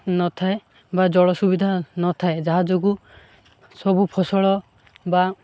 ନଥାଏ ବା ଜଳ ସୁବିଧା ନଥାଏ ଯାହା ଯୋଗୁଁ ସବୁ ଫସଲ ବା